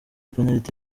penaliti